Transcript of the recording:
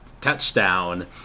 touchdown